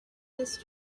this